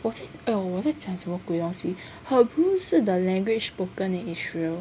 was it oh 我在讲什么鬼东西 Hebrew 是 the language spoken in Israel